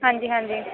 ਹਾਂਜੀ ਹਾਂਜੀ